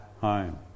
home